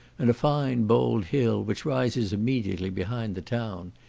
and a fine bold hill, which rises immediately behind the town.